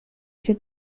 się